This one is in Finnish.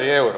kertokaa